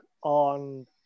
on